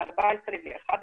מ-14% ל-11%,